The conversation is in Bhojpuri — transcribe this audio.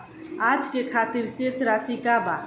आज के खातिर शेष राशि का बा?